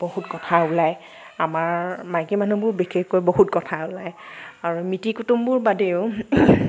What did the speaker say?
বহুত কথা ওলাই আমাৰ মাইকী মানুহবোৰ বিশেষকৈ বহুত কথা ওলাই আৰু মিতিৰ কুটুমবোৰ বাদেও